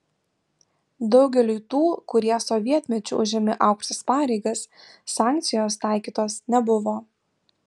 daugeliui tų kurie sovietmečiu užėmė aukštas pareigas sankcijos taikytos nebuvo